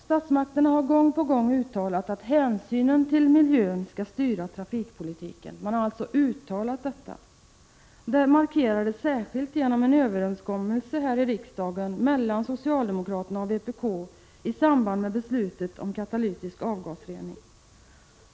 Statsmakterna har gång på gång uttalat att hänsynen till miljön skall styra trafikpolitiken. Detta markerades särskilt genom en överenskommelse mellan socialdemokraterna och vpk i samband med beslutet om katalytisk avgasrening.